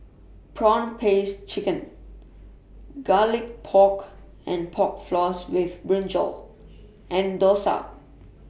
Prawn Paste Chicken Garlic Pork and Pork Floss with Brinjal and Dosa